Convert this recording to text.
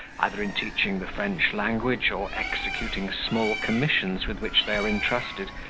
either in teaching the french language, or executing small commissions with which they are intrusted,